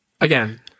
again